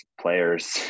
players